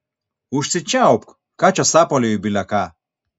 užsičiaupk ką čia sapalioji bile ką